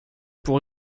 pour